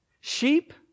Sheep